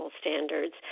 standards